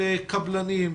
של קבלנים,